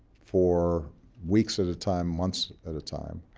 for weeks at a time, months at a time,